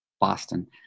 Boston